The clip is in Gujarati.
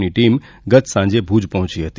ની ટીમ ગતસાંજે ભૂજ પહોંચી હતી